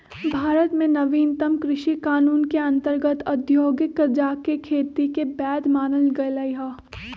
भारत में नवीनतम कृषि कानून के अंतर्गत औद्योगिक गजाके खेती के वैध मानल गेलइ ह